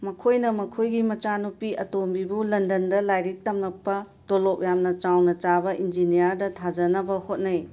ꯃꯈꯣꯏꯅ ꯃꯈꯣꯏꯒꯤ ꯃꯆꯥ ꯅꯨꯄꯤ ꯑꯇꯣꯝꯕꯤꯕꯨ ꯂꯟꯗꯟꯗ ꯂꯥꯏꯔꯤꯛ ꯇꯝꯂꯛꯄ ꯇꯣꯂꯣꯞ ꯌꯥꯝꯅ ꯆꯥꯎꯅ ꯆꯥꯕ ꯏꯟꯖꯤꯅꯤꯌꯥꯔꯗ ꯊꯥꯖꯅꯕ ꯍꯣꯠꯅꯩ